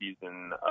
season